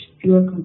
pure